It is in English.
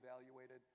evaluated